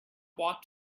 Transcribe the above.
walked